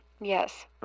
yes